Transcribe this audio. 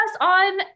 on